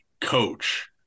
coach